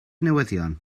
newyddion